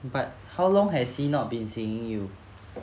but how long has he not been seeing you